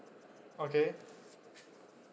okay